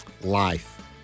life